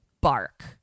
bark